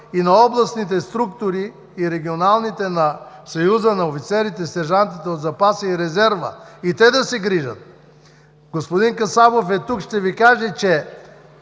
и на областните структури, и на регионалните структури на Съюза на офицерите, сержантите от запаса и резерва, и те също да се грижат. Господин Касабов е тук, ще Ви каже, че